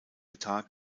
tag